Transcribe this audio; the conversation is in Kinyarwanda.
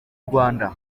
rwanda